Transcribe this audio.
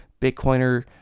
Bitcoiner